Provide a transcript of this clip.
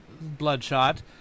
bloodshot